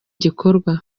gikorwa